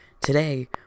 Today